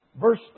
Verse